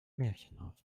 märchenhaft